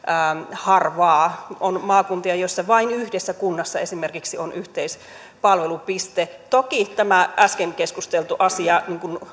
harvaa on maakuntia joissa vain yhdessä kunnassa esimerkiksi on yhteispalvelupiste toki tämä äsken keskusteltu asia